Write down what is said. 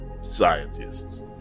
scientists